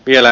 vielä